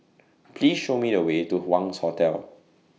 Please Show Me The Way to Wangz Hotel